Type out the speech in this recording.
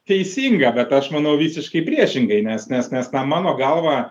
teisinga bet aš manau visiškai priešingai nes nes nes na mano galva